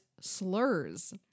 slurs